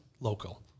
local